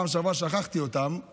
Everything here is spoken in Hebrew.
בפעם שעברה שכחתי אותם.